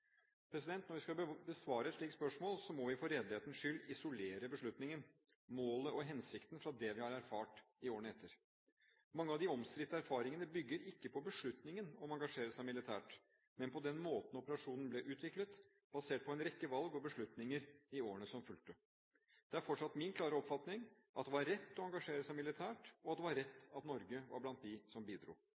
Når vi skal besvare et slikt spørsmål, må vi for redelighetens skyld isolere beslutningen, målet og hensikten fra det vi har erfart i årene etter. Mange av de omstridte erfaringene bygger ikke på beslutningen om å engasjere seg militært, men på den måten operasjonen ble utviklet – basert på en rekke valg og beslutninger i årene som fulgte. Det er fortsatt min klare oppfatning at det var rett å engasjere seg militært, og at det var rett at Norge var blant dem som bidro.